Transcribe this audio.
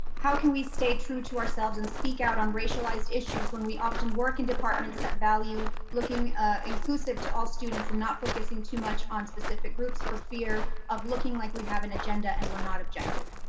how can we stay true to ourselves and speak out on racialized issues when we often work in departments that value looking inclusive to all students and not focusing too much on specific groups for fear of looking like we have an agenda and we're not objective?